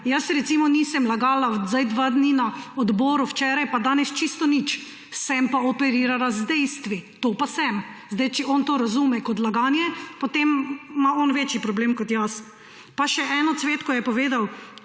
Jaz recimo nisem lagala zdaj 2 dni na odboru včeraj in danes čisto nič. Sem pa operirala z dejstvi, to pa sem. Zdaj, če on to razume kot laganje, potem ima on večji problem kot jaz. Pa še eno cvetko je povedal,